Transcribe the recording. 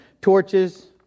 torches